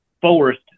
forced